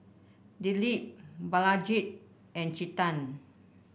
Dilip Balaji and Chetan